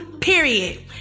period